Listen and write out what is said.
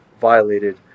violated